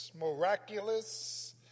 miraculous